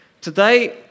today